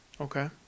Okay